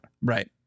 Right